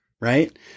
Right